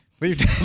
Leave